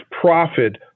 profit